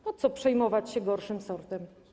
Po co przejmować się gorszym sortem?